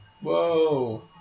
whoa